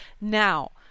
Now